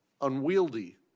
unwieldy